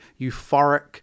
euphoric